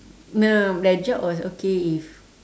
ya that job was okay if